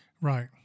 Right